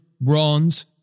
bronze